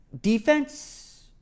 defense